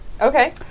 Okay